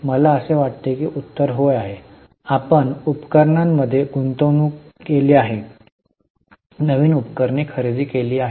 मला असे वाटते की उत्तर होय आहे आपण उपकरणां मध्ये गुंतवणूक केली आहे नवीन उपकरणे खरेदी केली गेली आहेत